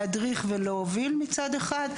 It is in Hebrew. להדריך ולהוביל מצד אחד,